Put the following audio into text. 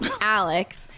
Alex